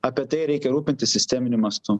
apie tai reikia rūpintis sisteminiu mastu